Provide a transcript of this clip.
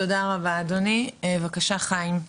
תודה רבה אדוני, בבקשה חיים,